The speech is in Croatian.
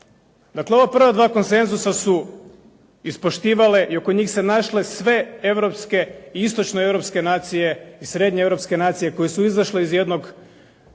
Dakle, ova prva dva konsenzusa su ispoštivale i oko njih se našle sve europske i istočno europske nacije i srednje europske nacije koje su izašle iz jednog